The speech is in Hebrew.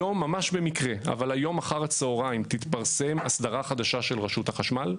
היום אחר הצוהריים ממש במקרה תתפרסם אסדרה חדשה של רשות החשמל,